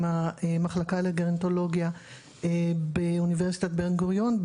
המחלקה לדרמטולוגיה באוניברסיטת בן גוריון,